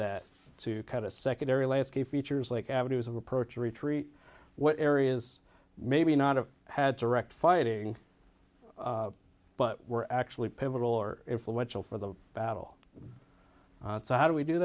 that to cut a secondary landscape features like avenues of approach retreat what areas maybe not of had direct fighting but were actually pivotal or influential for the battle so how do we do